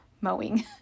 mowing